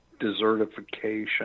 desertification